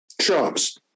trumps